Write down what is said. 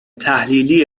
تحلیلی